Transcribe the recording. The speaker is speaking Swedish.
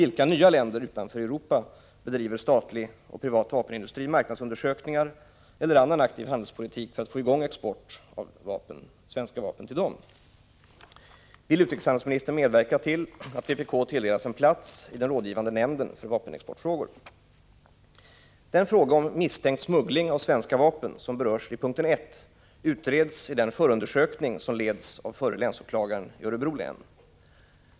Ivilka nya länder utanför Europa bedriver statlig och privat vapenindustri marknadsundersökningar eller annan aktiv handelspolitik för att få i gång export av svenska vapen till dem? 6. Vill utrikeshandelsministern medverka till att vpk tilldelas en plats i den rådgivande nämnden för vapenexportfrågor? Den fråga om misstänkt smuggling av svenska vapen, som berörs i punkten 1, utreds i den förundersökning som leds av förre länsåklagaren i Örebro län.